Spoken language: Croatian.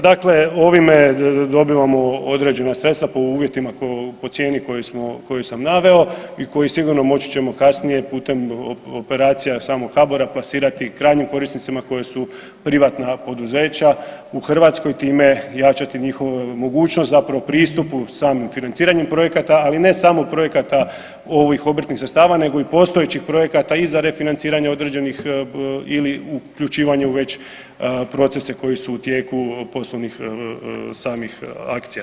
Dakle, ovim dobivamo određena sredstva po cijeni koju sam naveo i koju sigurno moći ćemo kasnije putem operacija samog HBOR-a plasirati krajnjim korisnicima koji su privatna poduzeća u Hrvatskoj i time jačati njihove mogućnosti pristupu samim financiranjem projekata, ali ne samo projekata ovih obrtnih sredstava nego i postojećih projekata i za refinanciranje određenih ili uključivanje u već procese koji su u tijelu poslovnih samih akcija.